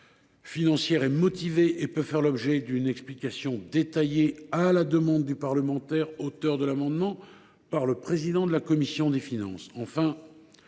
financière est motivée et peut faire l’objet d’une explication détaillée à la demande du parlementaire auteur de l’amendement par le président de la commission des finances.